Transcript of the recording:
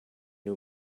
new